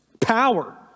power